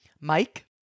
Mike